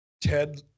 Ted